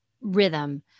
rhythm